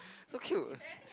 so cute